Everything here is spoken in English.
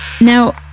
Now